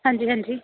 हां जी हां जी